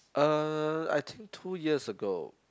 uh I think two years ago